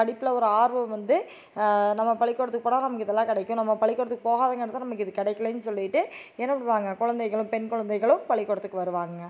படிப்பில் ஒரு ஆர்வம் வந்து நம்ம பள்ளிக்கூடத்துக்குப் போனால் நமக்கு இதெல்லாம் கிடைக்கும் நம்ம பள்ளிக்கூடத்துக்கு போகாதங்காட்டி தான் நமக்கு இது கெடைக்கலன்னு சொல்லிட்டு என்ன பண்ணுவாங்க கொழந்தைகளும் பெண் கொழந்தைகளும் பள்ளிக்கூடத்துக்கு வருவாங்கங்க